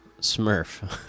smurf